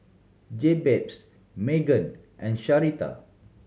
Jabez Magen and Sharita